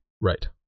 Right